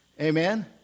Amen